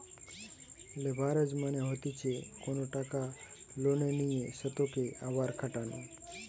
leverage মানে হতিছে কোনো টাকা লোনে নিয়ে সেতকে আবার খাটানো